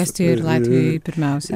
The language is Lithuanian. estijoj ir latvijoj pirmiausia